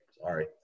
Sorry